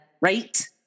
right